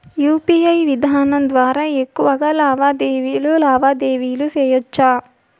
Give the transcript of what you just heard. UPI విధానం ద్వారా ఎక్కువగా లావాదేవీలు లావాదేవీలు సేయొచ్చా?